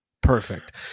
perfect